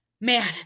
Man